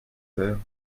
faire